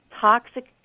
toxic